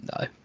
no